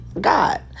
God